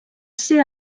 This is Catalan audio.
ser